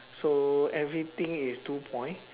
so everything is two point